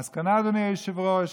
המסקנה, אדוני היושב-ראש,